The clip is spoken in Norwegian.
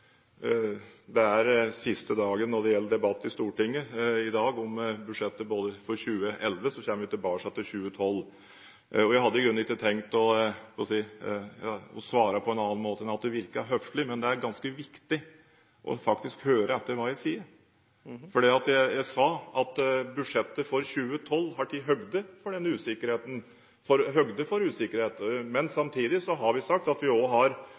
seg den siste informasjonen som foreligger? Det er siste dagen i dag når det gjelder debatt i Stortinget om budsjettet for 2011, så kommer vi tilbake til 2012. Jeg hadde i grunnen ikke tenkt – jeg holdt på å si – å svare på en annen måte enn at det virket høflig. Men det er faktisk ganske viktig å høre etter hva jeg sier, for jeg sa at budsjettet for 2012 har tatt høyde for usikkerhet. Men samtidig har vi sagt at vi også har